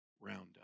roundup